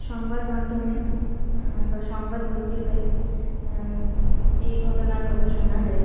সংবাদ মাধ্যমে বা সংবাদ পত্রিকায় এই ঘটনার কথা শোনা যায়